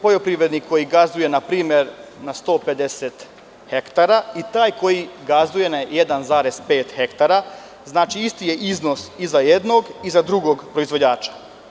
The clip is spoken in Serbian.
Poljoprivrednik koji gazduje npr. na 150 hektara i taj koji gazduje na 1,5 hektara, isti je iznos i za jednog i za drugog proizvođača.